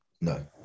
no